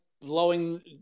blowing